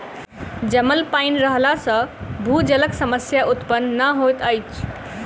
जमल पाइन रहला सॅ भूजलक समस्या उत्पन्न नै होइत अछि